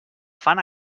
fan